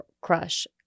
crush